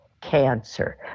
cancer